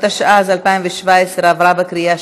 התשע"ז 2017, נתקבל.